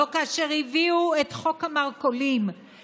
לא כאשר הביאו את חוק המרכולים,